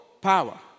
power